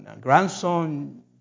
grandson